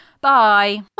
Bye